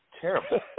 terrible